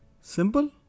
Simple